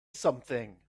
something